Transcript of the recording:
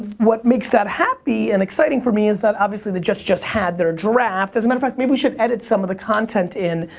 what makes that happy and exciting for me is that, obviously, the jets just had their draft. as a matter of fact, maybe we should edit some of the content in.